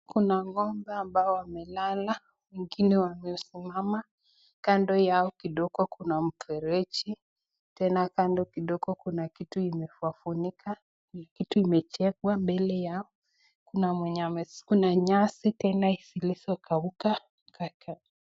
Kuna ng'ombe ambao wamelala, wengine wamesimama, kando yao kidogo kuna mfereji, tena kando kidogo kuna kitu imewafunika, kitu imejengwa mbele yao. Kuna nyasi tena zilizokauka.